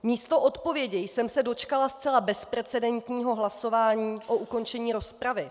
Místo odpovědi jsem se dočkala zcela bezprecedentního hlasování o ukončení rozpravy.